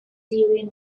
during